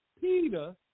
Peter